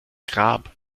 grab